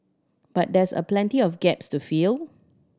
but there's a plenty of gaps to fill